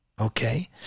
okay